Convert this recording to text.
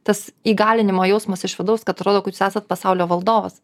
tas įgalinimo jausmas iš vidaus kad atrodo kad jūs esat pasaulio valdovas